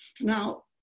Now